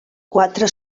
quatre